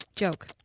Joke